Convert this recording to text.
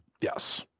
Yes